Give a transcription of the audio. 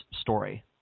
story